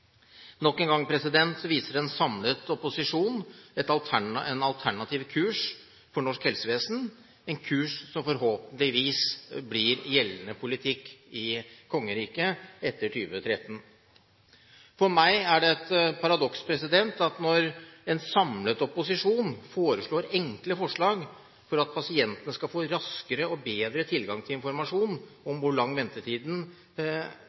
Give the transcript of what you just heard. Nok en gang viser en samlet opposisjon en alternativ kurs for norsk helsevesen, en kurs som forhåpentligvis blir gjeldende politikk i kongeriket etter 2013. For meg er det et paradoks når en samlet opposisjon foreslår enkle forslag for at pasientene skal få raskere og bedre tilgang til informasjon